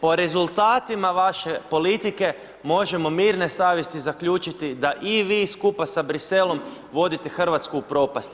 Po rezultatima vaše politike možemo mirne savjesti zaključiti da i vi skupa sa Bruxelles-om, vodite Hrvatsku u propast.